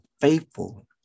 faithful